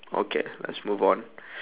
okay let's move on